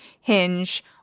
hinge